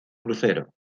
crucero